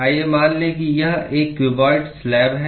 आइए मान लें कि यह एक क्यूबॉइड स्लैब है